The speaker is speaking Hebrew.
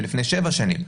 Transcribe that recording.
ולפני 7 שנים,